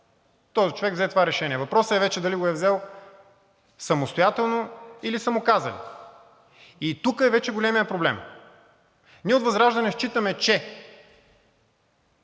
този човек взе това решение. Въпросът е вече дали го е взел самостоятелно, или са му казали и тук вече е големият проблем. Ние от ВЪЗРАЖДАНЕ считаме, че